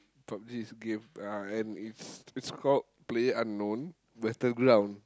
Pub-G is game uh and it's it's called player unknown battle ground